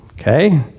okay